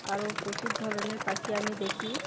আরও প্রচুর ধরনের পাখি আমি দেখি